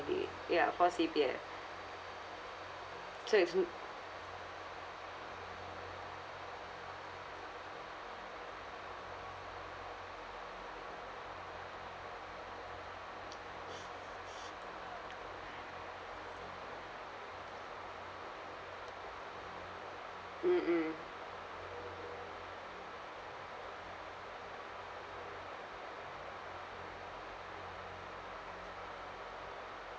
ya for C_P_F so it's good mm mm